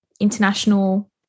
international